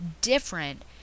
different